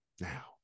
now